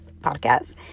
podcast